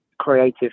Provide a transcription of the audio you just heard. creative